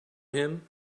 him